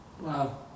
Wow